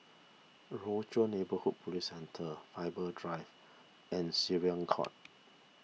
Rochor Neighborhood Police Centre Faber Drive and Syariah Court